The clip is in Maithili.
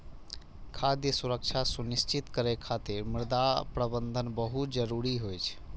खाद्य सुरक्षा सुनिश्चित करै खातिर मृदा प्रबंधन बहुत जरूरी होइ छै